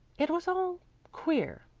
it was all queer.